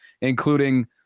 including